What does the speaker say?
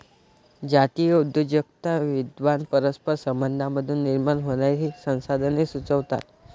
जातीय उद्योजकता विद्वान परस्पर संबंधांमधून निर्माण होणारी संसाधने सुचवतात